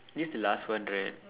this the last one right